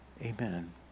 Amen